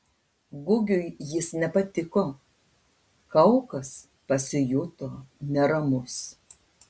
gugiui jis nepatiko kaukas pasijuto neramus